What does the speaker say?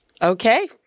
Okay